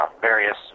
various